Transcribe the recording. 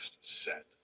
set